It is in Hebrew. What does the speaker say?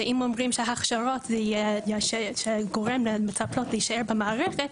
שאם אומרים שהכשרות זה יהיה שגורם למטפלות להישאר במערכת,